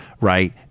right